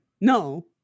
no